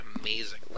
amazing